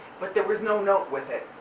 but there was no note with it.